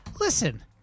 listen